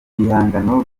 ibihangano